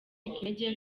intege